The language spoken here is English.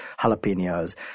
jalapenos